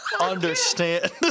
understand